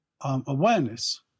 awareness